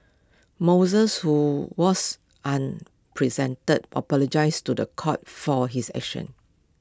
Moses who was presented apologised to The Court for his actions